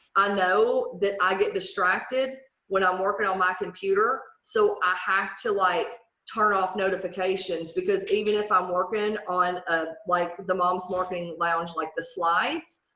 i know that i get distracted when i'm working on my computer. so i have to like turn off notifications because even if i'm working on ah like the mom's marketing lounge like the slides,